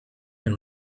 than